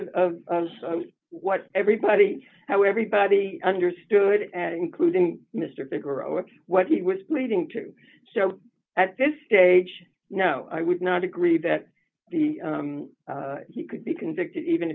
of what everybody how everybody understood at including mr picker or what he was pleading to so at this stage no i would not agree that the he could be convicted even